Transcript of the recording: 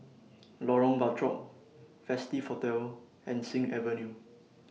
Lorong Bachok Festive Hotel and Sing Avenue